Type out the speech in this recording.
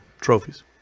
trophies